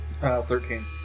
Thirteen